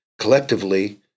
collectively